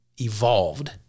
evolved